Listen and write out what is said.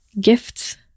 gifts